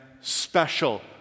special